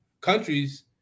countries